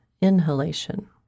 inhalation